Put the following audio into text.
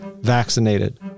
vaccinated